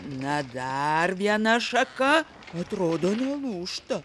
na dar viena šaka atrodo nelūžta